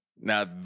Now